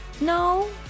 no